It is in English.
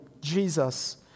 Jesus